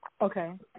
Okay